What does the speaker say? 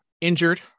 injured